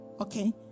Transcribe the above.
okay